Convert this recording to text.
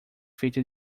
feita